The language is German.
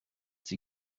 sie